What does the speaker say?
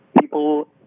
people